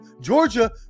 Georgia